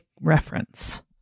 reference